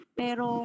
pero